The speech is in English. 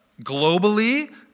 Globally